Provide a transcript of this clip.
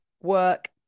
work